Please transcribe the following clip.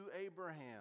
Abraham